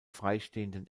freistehenden